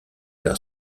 car